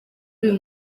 uyu